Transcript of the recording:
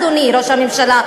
אדוני ראש הממשלה,